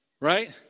right